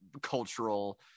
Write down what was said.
cultural